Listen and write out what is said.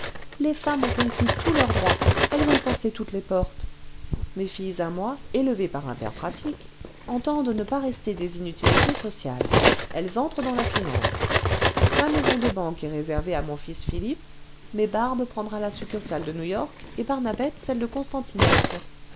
les femmes ont conquis tous leurs droits elles ont forcé toutes les portes mes filles à moi élevées par un père pratique entendent ne pas rester des inutilités sociales elles entrent dans la finance ma maison de banque est réservée à mon fils philippe mais barbe prendra la succursale de newyork et barnabette celle de constantinople